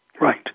Right